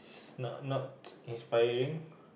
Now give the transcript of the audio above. is not not inspiring